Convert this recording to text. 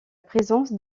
présence